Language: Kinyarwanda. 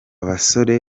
basore